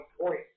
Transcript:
point